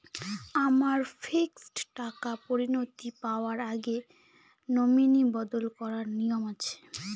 আমার ফিক্সড টাকা পরিনতি পাওয়ার আগে নমিনি বদল করার নিয়ম আছে?